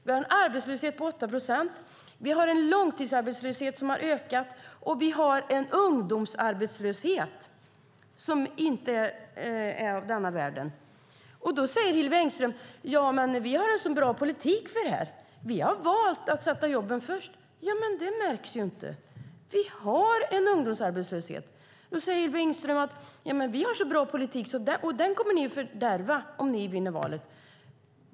Vi har en arbetslöshet på 8 procent. Vi har en långtidsarbetslöshet som har ökat, och vi har en ungdomsarbetslöshet som inte är av denna värld. Då säger Hillevi Engström: Vi har en så bra politik för det här! Vi har valt att sätta jobben först! Men det märks inte. Vi har en ungdomsarbetslöshet. Hillevi Engström säger: Vi har en bra politik, och den kommer ni att fördärva om ni vinner valet.